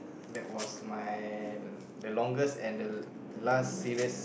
that was my the longest and the last serious